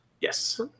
Yes